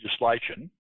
legislation